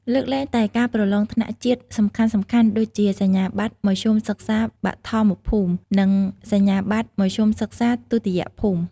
លើកលែងតែការប្រឡងថ្នាក់ជាតិសំខាន់ៗដូចជា សញ្ញាបត្រមធ្យមសិក្សាបឋមភូមិ និងសញ្ញាបត្រមធ្យមសិក្សាទុតិយភូមិ ។